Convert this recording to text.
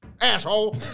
asshole